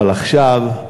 אבל עכשיו,